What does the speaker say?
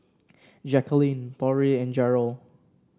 Jacquelyn Torrey and Jarrell